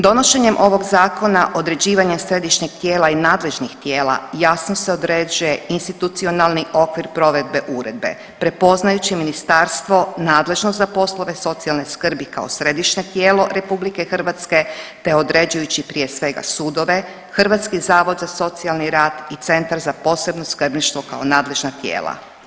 Donošenjem ovog zakona određivanjem središnjeg tijela i nadležnih tijela jasno se određuje institucionalni okvir provedbe uredbe prepoznajući ministarstvo nadležno za poslove socijalne skrbi kao središnje tijelo Republike Hrvatske, te određujući prije svega sudove Hrvatski zavod za socijalni rad i Centar za posebno skrbništvo kao nadležna tijela.